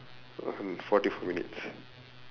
forty four minutes